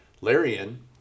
Larian